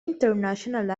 international